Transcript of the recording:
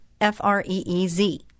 F-R-E-E-Z